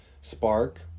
spark